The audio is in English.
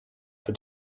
for